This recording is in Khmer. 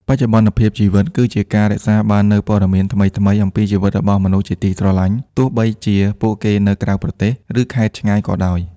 បច្ចុប្បន្នភាពជីវិតគឺជាការ រក្សាបាននូវព័ត៌មានថ្មីៗអំពីជីវិតរបស់មនុស្សជាទីស្រឡាញ់ ទោះបីជាពួកគេនៅក្រៅប្រទេស ឬខេត្តឆ្ងាយក៏ដោយ។